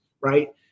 right